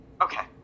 Okay